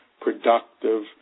productive